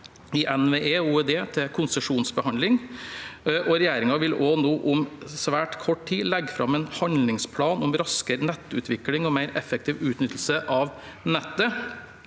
i NVE og OED til konsesjonsbehandling, og regjeringen vil også om svært kort tid legge fram en handlingsplan om raskere nettutvikling og mer effektiv utnyttelse av nettet,